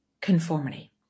conformity